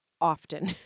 often